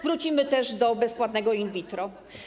Wrócimy też do bezpłatnego in vitro.